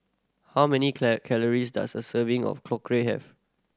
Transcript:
how many calories does a serving of have